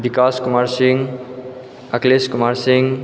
Vikash Kumar Singh Akhilesh Kumar Singh